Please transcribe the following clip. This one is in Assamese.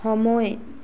সময়